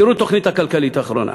תראו את התוכנית הכלכלית האחרונה.